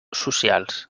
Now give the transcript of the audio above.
socials